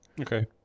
Okay